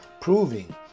Proving